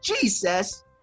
Jesus